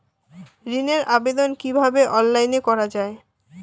ঋনের আবেদন কিভাবে অনলাইনে করা যায়?